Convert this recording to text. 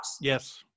Yes